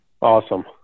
Awesome